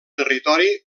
territori